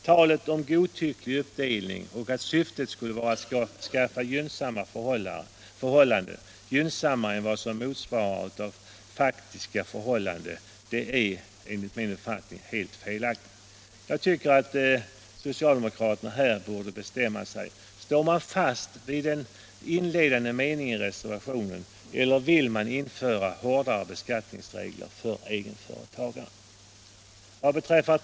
Talet om godtycklig uppdelning och att syftet skulle vara att skapa gynnsamma förhållanden, gynnsammare än vad som motsvaras av den faktiska arbetsinsatsen, är enligt min uppfattning helt felaktigt. Jag tycker att socialdemokraterna borde bestämma sig. Står man fast vid den inledande meningen i reservationen eller vill man införa hårdare beskattningsregler för egenföretagarna?